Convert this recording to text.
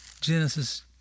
Genesis